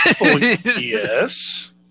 Yes